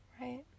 Right